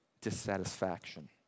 dissatisfaction